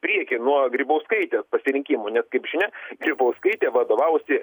priekį nuo grybauskaitės pasirinkimų nes kaip žinia grybauskaitė vadovavosi